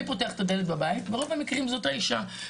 מי שפותח את הדלת בבית ברוב המקרים זו האישה.